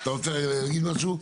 אתה רוצה להגיד משהו?